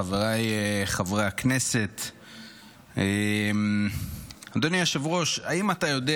חבריי חברי הכנסת, אדוני היושב-ראש, האם אתה יודע